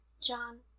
John